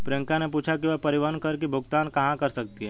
प्रियंका ने पूछा कि वह परिवहन कर की भुगतान कहाँ कर सकती है?